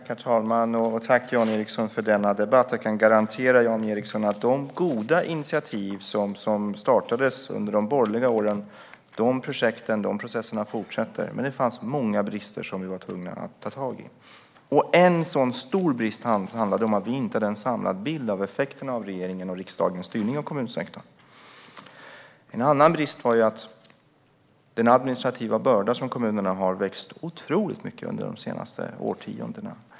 Herr talman! Jag tackar Jan Ericson för debatten. Jag kan garantera Jan Ericson att de goda initiativ, projekt och processer som startades under de borgerliga åren fortsätter. Det fanns dock många brister som vi var tvungna att ta tag i. En sådan stor brist var att vi inte hade en samlad bild av effekterna av regeringens och riksdagens styrning av kommunsektorn. En annan brist var att kommunernas administrativa börda har vuxit enormt under de senaste årtiondena.